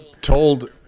told